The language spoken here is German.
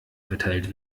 verteilt